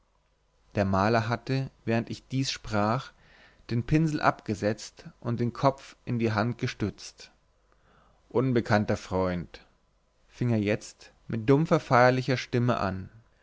der maler hatte während ich dies sprach den pinsel abgesetzt und den kopf in die hand gestützt unbekannter freund fing er jetzt mit dumpfer feierlicher stimme an